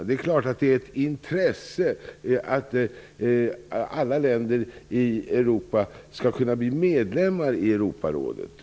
Det är klart att det är av intresse att alla länder i Europa skall kunna bli medlemmar i Europarådet.